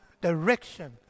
direction